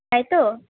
তাই তো